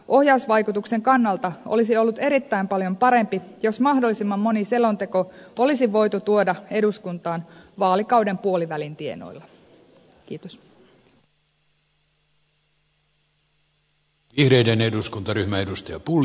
ohjausvaikutuksen kannalta olisi ollut erittäin paljon parempi jos mahdollisimman moni selonteko olisi voitu tuoda eduskuntaan vaalikauden puolivälin tienoilla